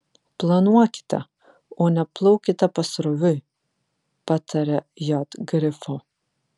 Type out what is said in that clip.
planuokite o ne plaukite pasroviui pataria j grifo